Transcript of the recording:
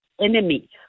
enemy